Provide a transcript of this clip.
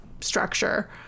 structure